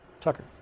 Tucker